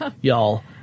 y'all